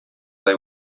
they